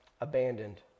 abandoned